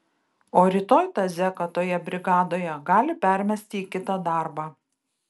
o rytoj tą zeką toje brigadoje gali permesti į kitą darbą